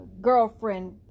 girlfriend